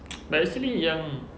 but actually yang